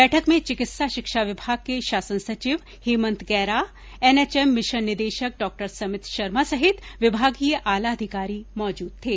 बैठक में चिकित्सा शिक्षा विभाग के शासन सचिव हेमंत गैरा एनएचएम मिशन निदेशक डॉ समित शर्मा सहित विभागीय आला अधिकारी मौजूद थे